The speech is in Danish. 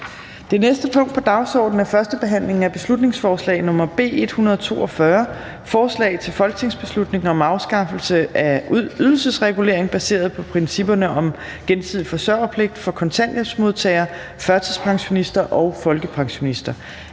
Det næste punkt på dagsordenen er: 7) 1. behandling af beslutningsforslag nr. B 142: Forslag til folketingsbeslutning om afskaffelse af ydelsesregulering baseret på principperne om gensidig forsørgerpligt for kontanthjælpsmodtagere, førtidspensionister og folkepensionister.